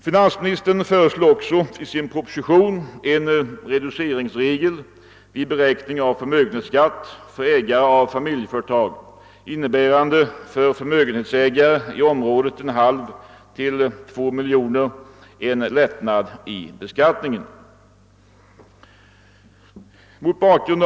Finansministern föreslår också i propositionen en reduceringsregel vid beräkning av förmögenhetsskatt för ägare av familjeföretag, innebärande för förmögenhetsägare i området 0,5—2 miljoner kronor en lättnad i beskattningen. Mot bakgrund.